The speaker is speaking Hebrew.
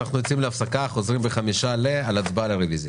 אנחנו יוצאים להפסקה וחוזרים בשעה 13:55 על ההצבעה על הרוויזיה.